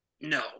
no